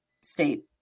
State